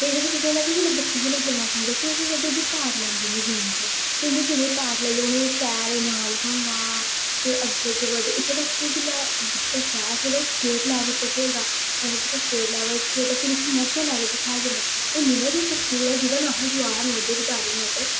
ते एह्दे बिच्च केह् होंदा कि बच्चे इ'यै जेही गल्लां सुनदे फिर केह् करदे ओह् बी पार्ट लैंदे इ'नें गेमें च फिर इंदे गेमें च पार्ट लेइयै उ'नेंगी शैल ईनाम थ्होंदा फिर अग्गें अग्गें बधदे इत्थूं तक्क जिल्लै बच्चा शैल खेल्ले ओह् स्टेट लैवल उप्पर खेलदा अगर कुसै स्टेट लैवल च खेढेआ फिर उस्सी नेशनल लैवल उप्पर खलाया जंदा ते मेरा बी इक स्कूल ऐ जेह्दा नाम ऐ ज्वाहर नवोदय विद्यालय नड्ड